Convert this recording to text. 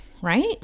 right